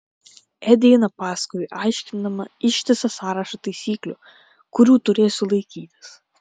edi eina paskui aiškindama ištisą sąrašą taisyklių kurių turėsiu laikytis